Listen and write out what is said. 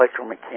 electromechanical